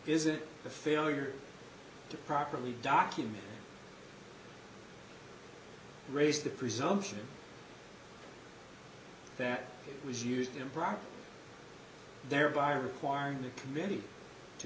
is it the failure to properly document raise the presumption that it was used and brought there by requiring the committee to